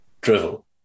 drivel